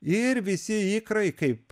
ir visi ikrai kaip